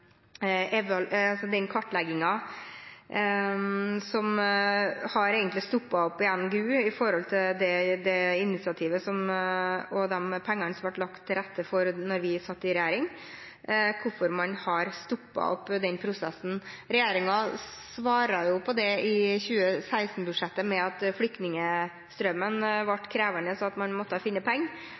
i forhold til det initiativet som ble tatt, og de pengene som ble bevilget da vi satt i regjering. Hvorfor har man stoppet den prosessen? Regjeringen svarte jo på det i forbindelse med 2016-budsjettet, ved å vise til at flyktningstrømmen ble krevende, og at man måtte finne penger.